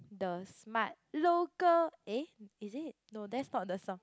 the smart local eh is it no that's not the song